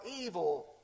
evil